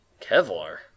Kevlar